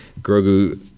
Grogu